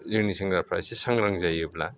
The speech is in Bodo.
जोंनि सेंग्राफ्रा एसे सांग्रां जायोब्ला